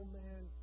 man